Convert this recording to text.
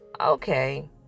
okay